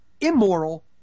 immoral